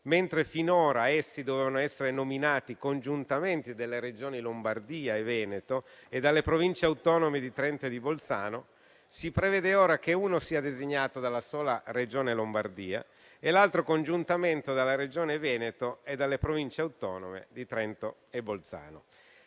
mentre finora dovevano essere nominati congiuntamente dalle Regioni Lombardia e Veneto e dalle Province autonome di Trento e di Bolzano, ora si prevede che uno sia designato dalla sola Regione Lombardia e l'altro congiuntamente dalla Regione Veneto e dalle Province autonome di Trento e Bolzano.